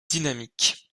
dynamique